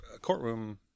courtroom